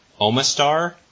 Omastar